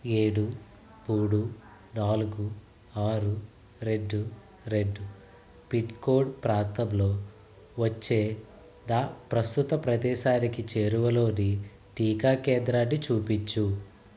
ఏడు మూడు నాలుగు ఆరు రెండు రెండు పిన్కోడ్ ప్రాంతంలో వచ్చే నా ప్రస్తుత ప్రదేశానికి చేరువలోని టీకా కేంద్రాన్ని చూపించు